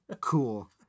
Cool